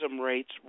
rates